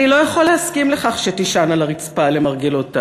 אני לא יכול להסכים לכך שתישן על הרצפה למרגלותי.